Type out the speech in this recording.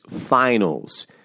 finals